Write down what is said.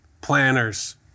planners